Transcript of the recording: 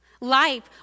Life